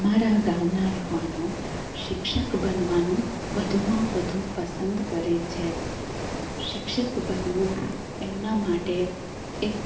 અમારા ગામના યુવાનો શિક્ષક બનવાનું વધુમાં વધુ પસંદ કરે છે શિક્ષક બનવું એમના માટે એક